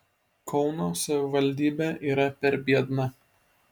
kauno savivaldybė yra per biedna